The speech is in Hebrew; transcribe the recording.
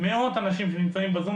מאות אנשים שנמצאים בזום,